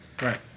Right